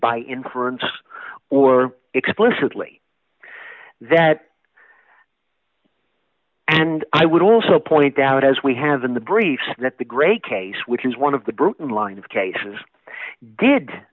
by inference or explicitly that and i would also point out as we have in the briefs that the grey case which is one of the bruton line of cases did